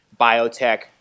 biotech